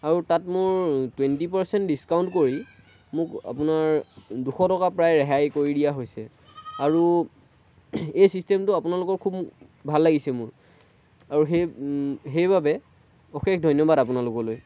আৰু তাত মোৰ টুৱেণ্টি পাৰ্চেণ্ট ডিক্সাউণ্ট কৰি মোক আপোনাৰ দুশ টকা প্ৰায় ৰেহাই কৰি দিয়া হৈছে আৰু এই চিষ্টেমটো আপোনালোকৰ খুব ভাল লাগিছে মোৰ আৰু সেই সেইবাবে অশেষ ধন্যবাদ আপোনালোকলৈ